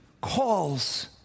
calls